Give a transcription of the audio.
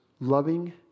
loving